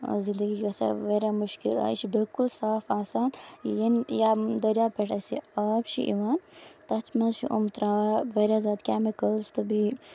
زندگی گژھِ ہا واریاہ مُشکِل آ یہِ چھُ بِلکُل صاف آسان ییٚنہِ ییٚمہِ دریاب پٮ۪ٹھ آسہِ یہِ آب چھُ یِوان تَتھ منٛز چھِ یِم تراوان واریاہ زیادٕ کیمِکٔلز تہٕ بیٚیہِ